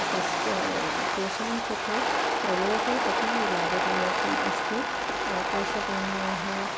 तस्य तेषां कृते त्रयोः अपि लाभदायकम् अस्ति आकाशवाण्याः